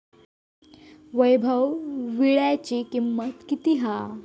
वैभव वीळ्याची किंमत किती हा?